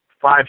five